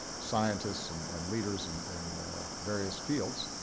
scientists and and leaders and in various fields,